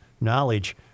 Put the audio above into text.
knowledge